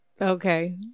Okay